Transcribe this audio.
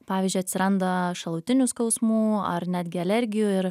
pavyzdžiui atsiranda šalutinių skausmų ar netgi alergijų ir